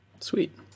Sweet